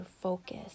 focus